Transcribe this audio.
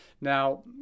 Now